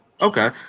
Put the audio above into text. Okay